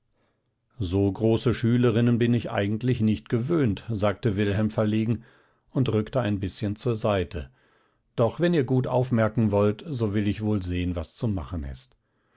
so große schülerinnen bin ich eigentlich nicht gewöhnt sagte wilhelm verlegen und rückte ein bißchen zur seite doch wenn ihr gut aufmerken wollt so will ich wohl sehen was zu machen ist